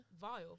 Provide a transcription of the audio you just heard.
vile